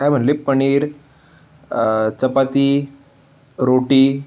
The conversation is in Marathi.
काय म्हणाले पनीर चपाती रोटी